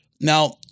Now